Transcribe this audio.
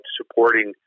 supporting